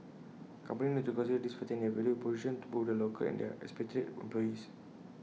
companies need to consider these factors in their value proposition to both their local and their expatriate employees